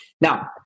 Now